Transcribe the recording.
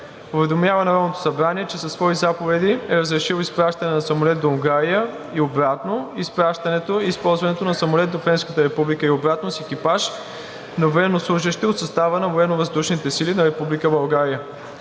уведомява Народното събрание, че със свои заповеди е разрешил – изпращане на самолет до Унгария и обратно, изпращане и използване на самолет до Френската република и обратно с екипаж на военнослужещи от състава на Военновъздушните сили на Република България.